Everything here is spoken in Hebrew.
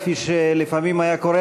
כפי שלפעמים היה קורה,